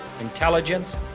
intelligence